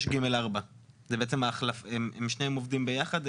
266ג4. הם שניהם עובדים ביחד,